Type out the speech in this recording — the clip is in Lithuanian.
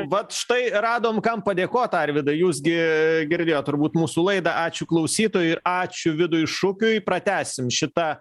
vat štai radom kam padėkot arvydai jūs gi girdėjot turbūt mūsų laidą ačiū klausytojui ir ačiū vidui šukiui pratęsim šitą